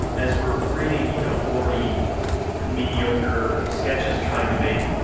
as we're reading, you know, forty mediocre sketches trying to make,